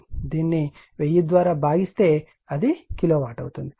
దీనిని 1000 ద్వారా భాగిస్తే అది కిలోవాట్ అవుతుంది